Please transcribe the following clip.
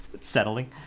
settling